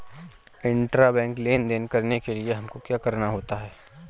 Intrabank लेन देन करने के लिए हमको क्या करना होता है?